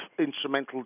instrumental